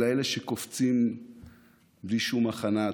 אלא אלה שקופצים בלי הכנה מוקדמת.